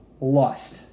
lust